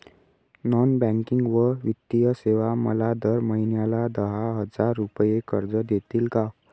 Non banking व वित्तीय सेवा मला दर महिन्याला दहा हजार रुपये कर्ज देतील का?